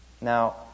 Now